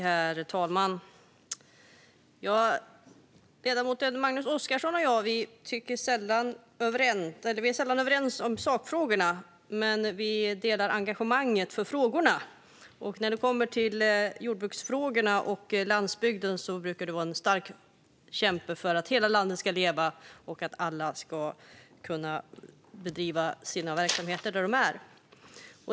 Herr talman! Ledamoten Magnus Oscarsson och jag är sällan överens om sakfrågorna. Vi delar dock engagemanget, och när det kommer till jordbruksfrågorna och landsbygden brukar han vara en stark kämpe för att hela landet ska leva och att alla ska kunna bedriva sina verksamheter där de är.